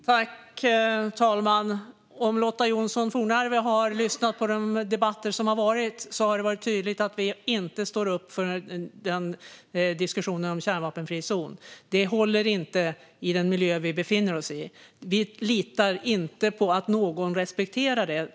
Herr talman! Om Lotta Johnsson Fornarve har lyssnat på de debatter som har varit har hon hört att det är tydligt att vi inte står upp för diskussionen om en kärnvapenfri zon. Det håller inte i den miljö vi befinner oss i. Vi litar inte på att någon respekterar det.